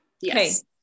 yes